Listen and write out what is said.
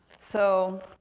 so.